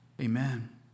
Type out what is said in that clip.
Amen